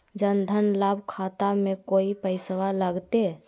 जन धन लाभ खाता में कोइ पैसों लगते?